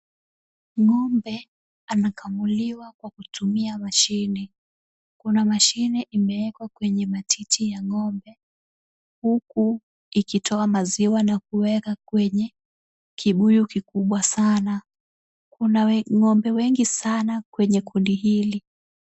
Ng'ombe anakamuliwa kwa kutumia mashine. Kuna mashine imewekwa kwenye matiti ya ng'ombe, huku ikitoa maziwa na kuweka kwenye kibuyu kikubwa sana. Kuna ng'ombe wengi sana kwenye kundi hili.